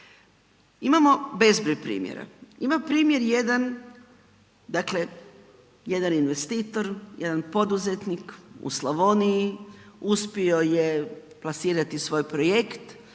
Imamo bezbroj primjera. Imamo primjer jedan, dakle, jedan investitor, jedan poduzetnik u Slavoniji, uspio je plasirati svoj projekt